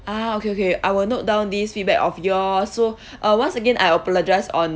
ah okay okay I will note down this feedback of yours so uh once again I apologise on